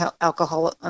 alcohol